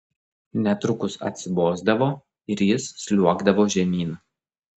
netrukus atsibosdavo ir jis sliuogdavo žemyn